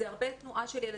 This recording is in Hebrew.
זאת הרבה תנועה של ילדים.